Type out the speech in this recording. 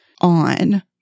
on